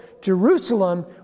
Jerusalem